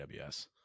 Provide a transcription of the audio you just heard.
AWS